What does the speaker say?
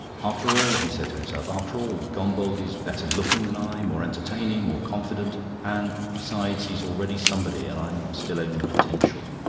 after all, he said to himself after all, gombauld is better looking than i, more entertaining, more confident and, besides, he's already somebody and i'm still only potential.